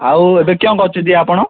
ଆଉ ଏବେ କିଅଣ କରୁଛନ୍ତି ଆପଣ